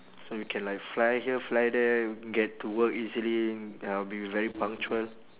so you can like fly here fly there get to work easily uh be very punctual